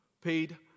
paid